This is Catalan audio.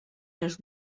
les